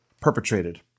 perpetrated